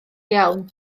iawn